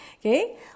Okay